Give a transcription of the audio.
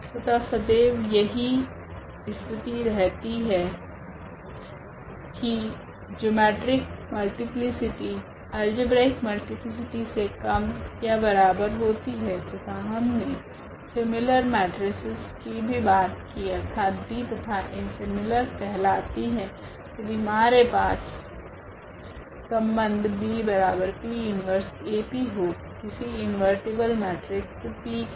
तथा सदेव यही स्थिति रहती है कि जिओमेट्रिक मल्टीप्लीसिटी अल्जेब्रिक मल्टीप्लीसिटी से कम या बराबर होती है तथा हमने सीमिलर मेट्रिक्स की भी बात की अर्थात B तथा A सीमिलर कहलाती है यदि हमारे पास संबंध BP 1AP हो किसी इन्वेर्टिब्ल मेट्रिक्स P के लिए